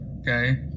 Okay